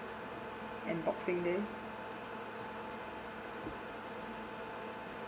and boxing day